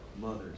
mothers